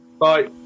bye